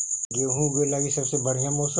गेहूँ ऊगवे लगी सबसे बढ़िया मौसम?